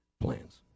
plans